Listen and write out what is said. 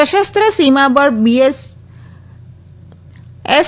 સશસ્ત્ર સીમા બળ એસ